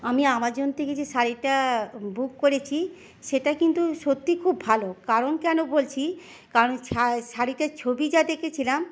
আমি আমাজন থেকে যে শাড়িটা বুক করেছি সেটা কিন্তু সত্যি খুব ভালো কারণ কেন বলছি কারণ শা শাড়িটার ছবি যা দেখেছিলাম